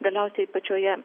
galiausiai pačioje